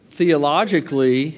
theologically